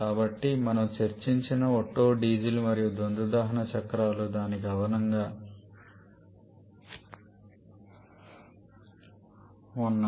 కాబట్టి మనము చర్చించిన ఒట్టో డీజిల్ మరియు ద్వంద్వ దహన చక్రాలు దానికి అదనంగా ఉన్నాయి